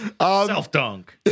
Self-dunk